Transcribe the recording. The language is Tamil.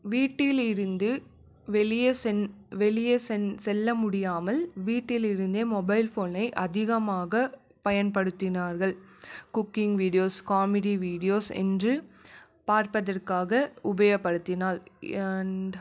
வீட்டிலிருந்து வெளியே வெளியே செல்லமுடியாமல் வீட்டிலிருந்தே மொபைல் ஃபோனை அதிகமாக பயன்படுத்தினார்கள் குக்கிங் வீடியோஸ் காமெடி வீடியோஸ் என்று பார்ப்பதற்காக உபயோப்படுத்தினால் அண்டு